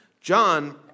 John